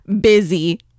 busy